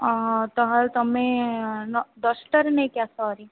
ହଁ ତମେ ଦଶଟାରେ ନେଇକି ଆସ ହେରି